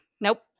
Nope